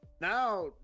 Now